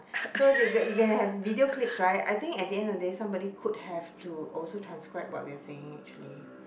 so they get you can have video clips right I think at the end of the day somebody could have to also transcribe what we are saying actually